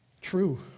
true